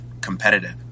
competitive